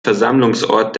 versammlungsort